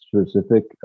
specific